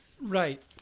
Right